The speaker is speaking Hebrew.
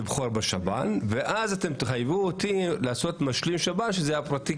לבחור בשב"ן ואז אתם תחייבו אותי לעשות משלים שב"ן שזה הפרטי,